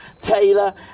Taylor